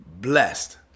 blessed